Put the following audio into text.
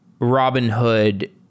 Robinhood